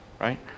right